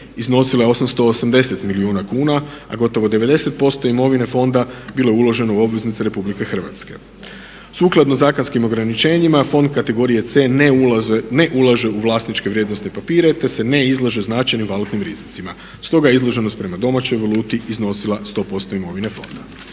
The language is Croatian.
iznosila je 880 milijuna kuna a gotovo 90% imovine fonda bilo je uloženo u obveznice RH. Sukladno zakonskim ograničenjima fond kategorije C ne ulaže u vlasničke vrijednosne papire te se ne izlaže značajnim valutnim rizicima, stoga je izloženost prema domaćoj valuti iznosila 100% imovine fonda.